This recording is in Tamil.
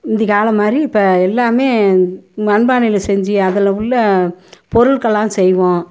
முந்திய காலம் மாதிரி இப்போ எல்லாமே மண்பானையில் செஞ்சு அதில் உள்ளே பொருள்களெலாம் செய்வோம்